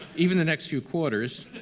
even the next few quarters,